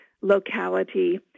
locality